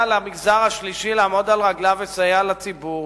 למגזר השלישי לעמוד על רגליו לסייע לציבור.